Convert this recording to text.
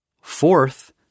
Fourth